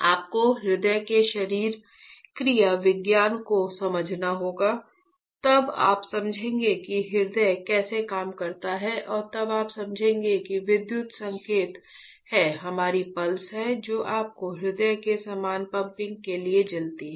आपको हृदय के शरीर क्रिया विज्ञान को समझना होगा तब आप समझेंगे कि हृदय कैसे काम करता है और तब आप समझेंगे कि विद्युत संकेत हैं हमारी पल्स हैं जो आपके हृदय की समान पंपिंग के लिए जलती हैं